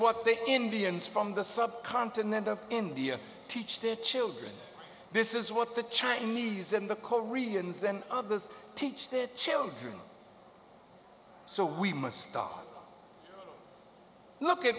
what the indians from the subcontinent of india teach to children this is what the chinese and the koreans and others teach their children so we must stop look at